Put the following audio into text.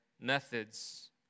methods